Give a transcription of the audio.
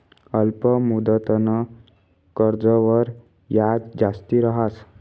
अल्प मुदतनं कर्जवर याज जास्ती रहास